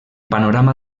panorama